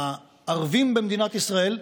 הערבים במדינת ישראל,